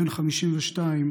בן 52,